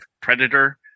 Predator